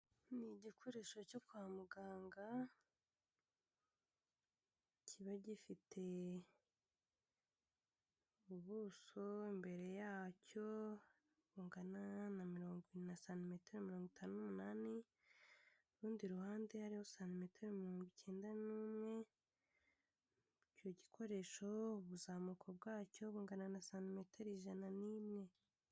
Ni igikoresho cyo kwa muganga kiba gifite ubuso mbere yacyo bungana na santimetero mirongo itanu n'umunani rundi ruhande hariho santimetero mirongo icyenda n'imwe icyo gikoresho ubuzamuko bwacyo bungana na santimetero ijana n'imwe.